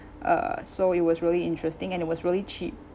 uh so it was really interesting and it was really cheap